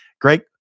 Great